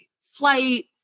flight